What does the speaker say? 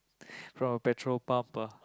from a petrol pump ah